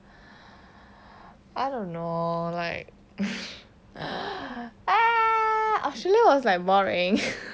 I don't know like australia was like boring